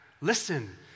Listen